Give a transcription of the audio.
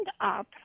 up